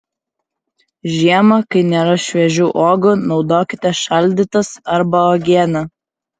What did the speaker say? žiemą kai nėra šviežių uogų naudokite šaldytas arba uogienę